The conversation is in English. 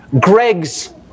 Greg's